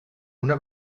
una